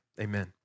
amen